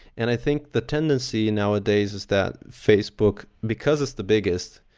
and i think the tendency nowadays is that facebook, because it's the biggest,